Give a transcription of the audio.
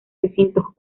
recintos